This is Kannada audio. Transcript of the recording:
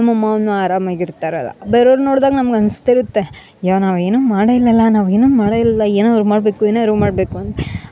ನಮ್ಮ ಅಮ್ಮಾನು ಆರಾಮಾಗ ಇರ್ತಾರಲ್ಲ ಬೇರ್ಯೋರ್ನ್ ನೋಡ್ದಾಗ ನಮ್ಗ ಅನ್ಸ್ತಿರುತ್ತೆ ಅಯ್ಯೋ ನಾವು ಏನು ಮಾಡೇ ಇಲ್ಲಲ ನಾವು ಏನು ಮಾಡೇ ಇಲ್ಲಲ್ಲ ಏನಾರು ಮಾಡಬೇಕು ಏನಾದರು ಮಾಡಬೇಕು